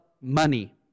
money